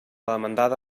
demandada